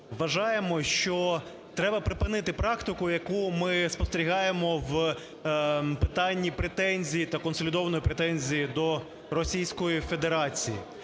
вважаємо, що треба припинити практику, яку ми спостерігаємо в питанні претензій та консолідованої претензії до Російської Федерації,